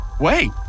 Wait